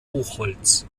buchholz